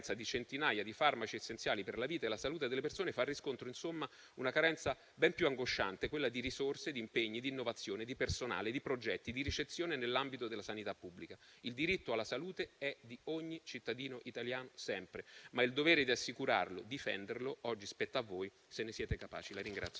di centinaia di farmaci essenziali per la vita e la salute delle persone fa riscontro, insomma, una carenza ben più angosciante, quella di risorse, di impegni, d'innovazione, di personale, di progetti e di ricezione nell'ambito della sanità pubblica. Il diritto alla salute è di ogni cittadino italiano sempre, ma il dovere di assicurarlo e difenderlo oggi spetta a voi, se ne siete capaci.